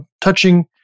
touching